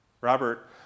Robert